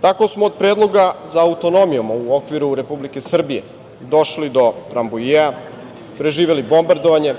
Tako smo od predloga za autonomijama, u okviru Republike Srbije došli do Rambujea, preživeli bombardovanje,